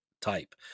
type